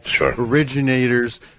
originators